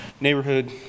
neighborhood